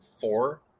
four